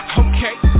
okay